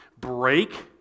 break